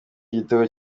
gitego